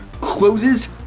closes